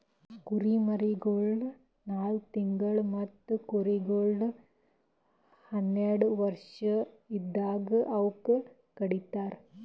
ಕುರಿಮರಿಗೊಳ್ ನಾಲ್ಕು ತಿಂಗುಳ್ ಮತ್ತ ಕುರಿಗೊಳ್ ಹನ್ನೆರಡು ವರ್ಷ ಇದ್ದಾಗ್ ಅವೂಕ ಕಡಿತರ್